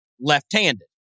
left-handed